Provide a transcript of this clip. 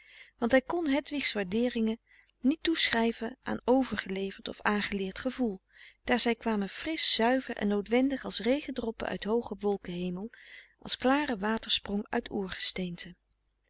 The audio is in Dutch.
want hij kon hedwigs waardeeringen niet toeschrijven aan overgeleverd of aangeleerd gevoel daar zij kwamen frisch zuiver en noodwendig als regendroppen uit hoogen wolkenhemel als klare watersprong uit